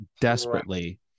desperately